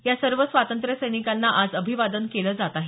या सर्व स्वातंत्र्य सैनिकांना आज अभिवादन केलं जात आहे